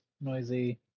noisy